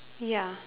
ya